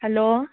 hello